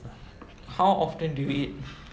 how often do you eat